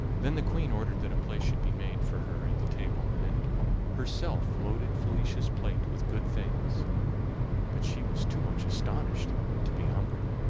then the queen ordered that a place should be made for her at the table, and herself loaded felicia's plate with good things but she was too much astonished to be hungry.